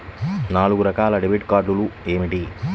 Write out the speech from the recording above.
నాలుగు రకాల డెబిట్ కార్డులు ఏమిటి?